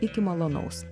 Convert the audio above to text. iki malonaus